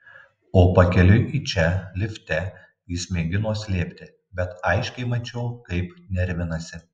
o pakeliui į čia lifte jis mėgino slėpti bet aiškiai mačiau kaip nervinasi